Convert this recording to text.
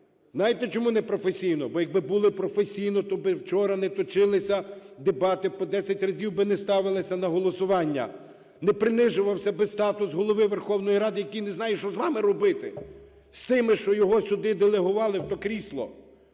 Знаєте чому непрофесійно? Бо, якби були професійно, то би вчора не точилися дебати, по десять разів би не ставилися на голосування, не принижувався би статус Голови Верховної Ради, який не знає, що з вами робити, з тими, що його сюди делегували, в те крісло.